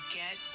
get